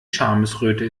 schamesröte